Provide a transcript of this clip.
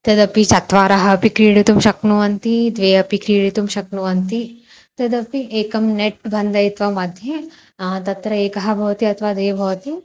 तदपि चत्वारः अपि क्रीडितुं शक्नुवन्ति द्वे अपि क्रीडितुं शक्नुवन्ति तदपि एकं नेट् बन्धयित्वा मध्ये तत्र एकः भवति अथवा द्वे भवति